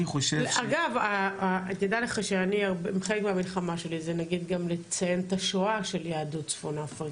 אגב חלק מהמלחמה שלי זה גם לציין את השואה של יהדות צפון אפריקה.